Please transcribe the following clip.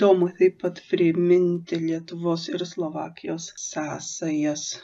galim taip pat priminti lietuvos ir slovakijos sąsajas